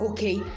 Okay